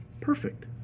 perfect